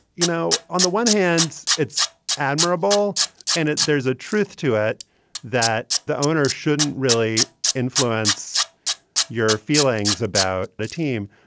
you know, on the one hand, it's admirable and there's a truth to it that the owner shouldn't really influence your feelings about the team.